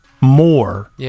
more